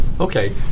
okay